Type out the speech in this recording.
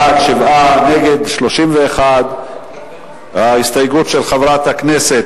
בעד, 7, נגד, 31. ההסתייגות של חברת הכנסת